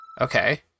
Okay